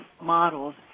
models